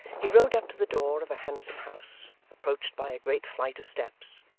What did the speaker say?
he rode up to the door of a handsome house approached by a great flight of steps,